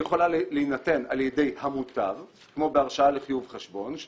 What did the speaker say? היא יכולה להינתן על ידי המוטב כמו בהרשאה לחיוב חשבון,